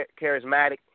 charismatic